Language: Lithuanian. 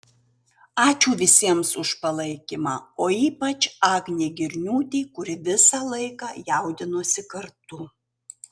ačiū visiems už palaikymą o ypač agnei girniūtei kuri visą laiką jaudinosi kartu